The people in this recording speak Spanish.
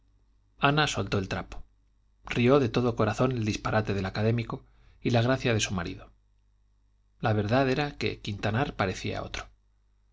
ana soltó el trapo rió de todo corazón el disparate del académico y la gracia de su marido la verdad era que quintanar parecía otro